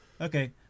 Okay